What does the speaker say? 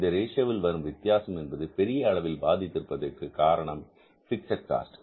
இந்த ரேஷியோவில் வரும் வித்தியாசம் என்பது பெரிய அளவில் பாதித்திருப்பது காரணம் பிக்ஸட் காஸ்ட்